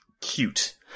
cute